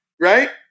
right